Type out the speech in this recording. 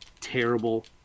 terrible